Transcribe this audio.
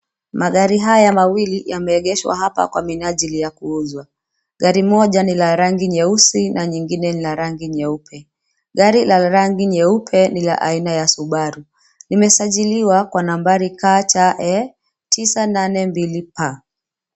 Magari haya mawili yameegeshwa hapa kwa minajili ya kuuzwa. Gari moja ni la rangi nyeusi na nyingine ni la rangi nyeupe. Gari la rangi nyeupe ni la aina ya Subaru. Limesajiliwa kwa nambari KCE 982P